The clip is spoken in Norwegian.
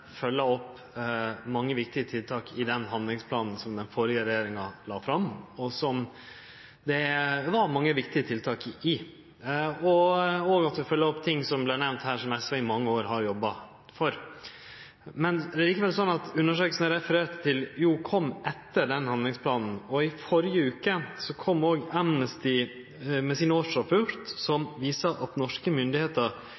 opp mange viktig tiltak i handlingsplanen som den førre regjeringa la fram, og som det var mange viktige tiltak i. Det er også bra at ein følgjer opp tiltaka som vart nemnde her, og som SV i mange år har jobba for. Det er likevel slik at undersøkinga eg refererte til, kom etter handlingsplanen. I førre veke kom Amnesty International med sin årsrapport